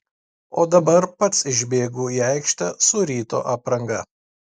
o dabar pats išbėgau į aikštę su ryto apranga